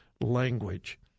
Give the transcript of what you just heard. language